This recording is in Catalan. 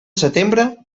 setembre